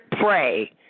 pray